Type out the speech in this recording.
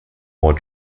more